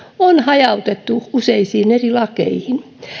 on hajautettu useisiin eri lakeihin